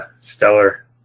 stellar